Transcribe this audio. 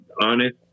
honest